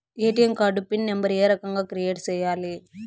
ATM card PIN number ఏ రకంగా create సేయాలి